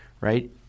right